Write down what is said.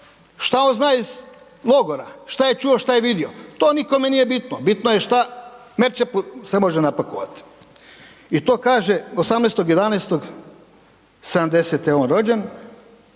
što on zna iz logora? Što je čuo, što je vidio? To nikome nije bitno, bitno je što Merčepu se može napakovati. I to kaže, 18.11.1970. je on rođen,